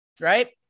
right